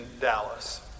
Dallas